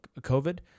COVID